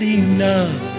enough